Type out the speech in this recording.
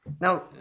Now